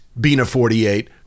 Bina48